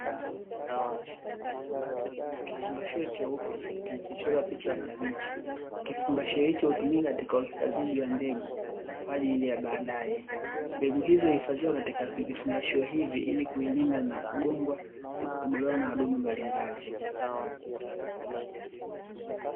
KIfungashio cheupe kilichochorwa picha ya kabichi. Kifungashio hicho hutumika katika uhifadhiji wa mbegu kwa ajili ya baadae. Mbegu hizo huhifadhiwa katika vifungashio hivi, ili kuilinda na kugongwa na kutobolewa na wadudu mbalimbali.